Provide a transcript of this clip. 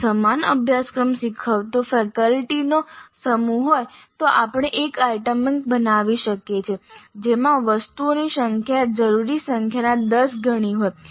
જો સમાન અભ્યાસક્રમ શીખવતો ફેકલ્ટીનો સમૂહ હોય તો આપણે એક આઇટમ બેંક બનાવી શકીએ છીએ જેમાં વસ્તુઓની સંખ્યા જરૂરી સંખ્યાના દસ ગણી હોય